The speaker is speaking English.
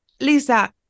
Lisa